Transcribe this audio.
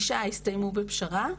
תשעה הסתיימו בפשרה,